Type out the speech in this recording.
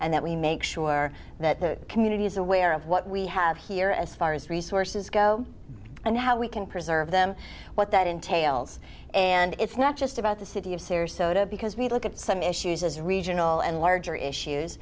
and that we make sure that the community is aware of what we have here as far as resources go and how we can preserve them what that entails and it's not just about the city of sarasota because we look at some issues as regional and larger issues